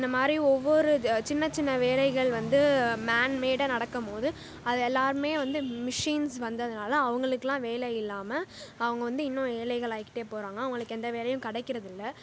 இந்தமாரி ஒவ்வொரு சின்ன சின்ன வேலைகள் வந்து மேன்மேடாக நடக்கம் போது அது எல்லோருமே வந்து மிஷின்ஸ் வந்ததினால அவர்களுக்குலான் வேலை இல்லாமல் அவங்க வந்து இன்னும் ஏழைகளா ஆகிகிட்டே போகிறாங்க அவங்களுக்கு எந்த வேலையும் கெடைக்கிறதில்லை